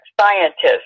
scientist